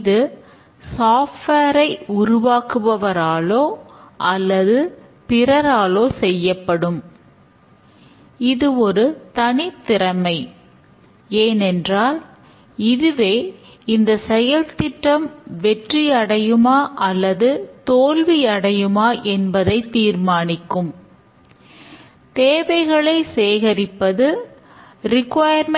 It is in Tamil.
இது சாப்ட்வேரை